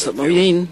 סלסו אמורים,